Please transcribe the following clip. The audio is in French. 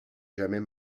jamais